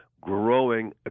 growing